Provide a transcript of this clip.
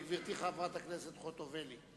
גברתי, חברת הכנסת ציפי חוטובלי.